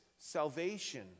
salvation